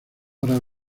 para